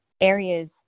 areas